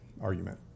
argument